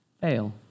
fail